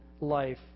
life